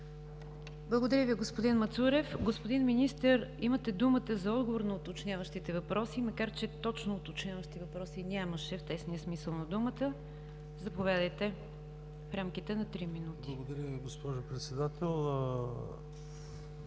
Благодаря Ви, господин Мацурев. Господин Министър, имате думата за отговор на уточняващите въпроси, макар че точно уточняващи въпроси нямаше в тесния смисъл на думата. Заповядайте. МИНИСТЪР НИКОЛАЙ ПЕТРОВ: Благодаря Ви, госпожо Председател.